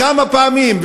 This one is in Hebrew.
כמה פעמים,